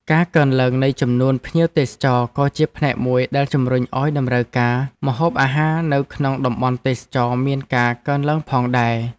ការកើនឡើងនៃចំនួនភ្ញៀវទេសចរក៏ជាផ្នែកមួយដែលជម្រុញឱ្យតម្រូវការម្ហូបអាហារនៅក្នុងតំបន់ទេសចរណ៍មានការកើនឡើងផងដែរ។